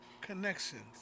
Connections